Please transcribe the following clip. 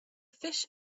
fish